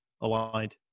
aligned